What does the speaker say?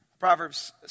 Proverbs